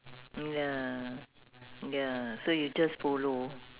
mm ya ya so you just follow